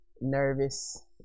nervous